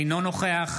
אינו נוכח